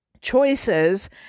choices